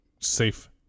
safe